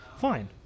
fine